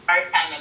first-time